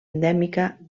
endèmica